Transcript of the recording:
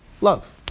love